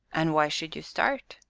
and why should you start?